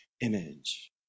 image